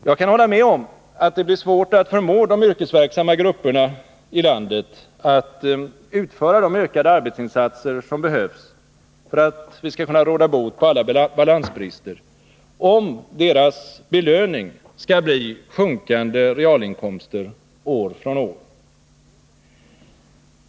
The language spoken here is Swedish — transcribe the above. Jag kan hålla med om att det blir svårt att förmå de yrkesverksamma grupperna i landet att utföra de ökade arbetsinsatser som behövs för att vi skall kunna råda bot på alla balansbrister, om deras belöning skall bli sjunkande realinkomster år efter år.